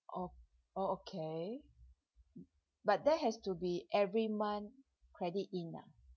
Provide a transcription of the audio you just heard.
o~ oh okay but that has to be every month credit in ah